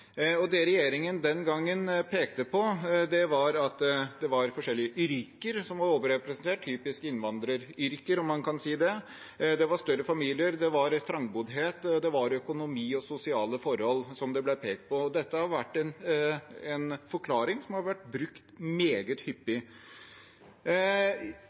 Det regjeringen den gangen pekte på, var at det var forskjellige yrker som var overrepresentert – typiske innvandreryrker, om man kan si det. Det var større familier, trangboddhet, økonomi og sosiale forhold det ble pekt på. Dette har vært en forklaring som har vært brukt meget hyppig.